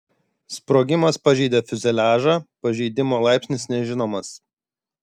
sprogimas pažeidė fiuzeliažą pažeidimo laipsnis nežinomas